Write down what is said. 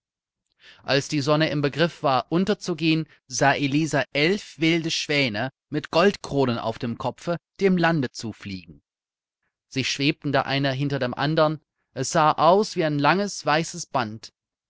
als die sonne im begriff war unterzugehen sah elisa elf wilde schwäne mit goldkronen auf dem kopfe dem lande zufliegen sie schwebten der eine hinter dem andern es sah aus wie ein langes weißes band